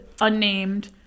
Unnamed